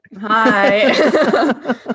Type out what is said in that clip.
hi